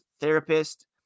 therapist